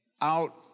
out